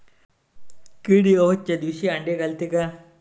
किडे अवसच्या दिवशी आंडे घालते का?